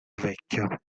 vecchio